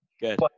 Good